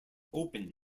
open